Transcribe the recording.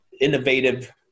innovative